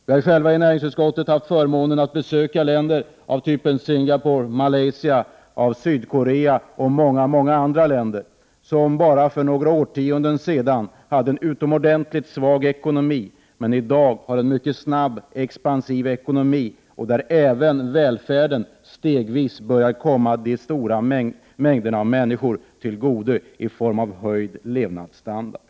Vi har själva i näringsutskottet haft förmånen att besöka länder som t.ex. Singapore, Malaysia, Sydkorea och många andra länder, som bara för några årtionden sedan hade en utomordentligt svag ekonomi men som i dag har en mycket snabb expansiv ekonomi och där även välfärden stegvis börjar komma de stora mängderna människor till godo i form av höjd levnadsstandard.